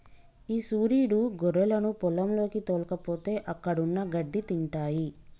ఈ సురీడు గొర్రెలను పొలంలోకి తోల్కపోతే అక్కడున్న గడ్డి తింటాయి